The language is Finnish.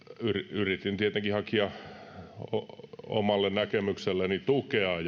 yritin tietenkin hakea omalle näkemykselleni tukea